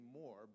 more